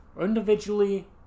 Individually